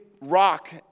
rock